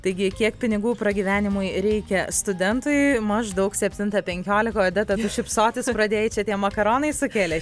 taigi kiek pinigų pragyvenimui reikia studentui maždaug septintą penkiolika odeta tu šypsotis pradėjai čia tie makaronai sukėlė